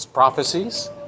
Prophecies